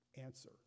answer